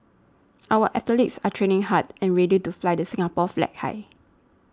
our athletes are training hard and ready to fly the Singapore flag high